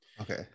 Okay